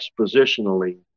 expositionally